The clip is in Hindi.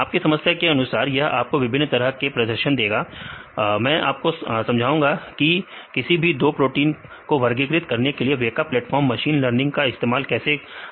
आपके समस्या के अनुसार यह आपको विभिन्न तरह के प्रदर्शन देगा मैं आपको समझा लूंगा की किसी भी दो प्रोटीन को वर्गीकृत करने के लिए वेका प्लेटफार्म मशीन लर्निंग का इस्तेमाल कैसे करना है